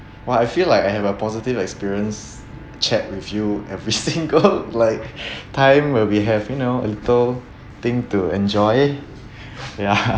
!wah! I feel like I have a positive experience chat with you every single like time where we have you know a little thing to enjoy ya